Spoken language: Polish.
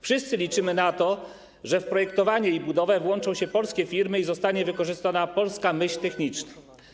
Wszyscy liczymy na to, że w projektowanie i budowę włączą się polskie firmy i zostanie wykorzystana polska myśl techniczna.